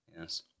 Yes